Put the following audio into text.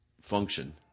function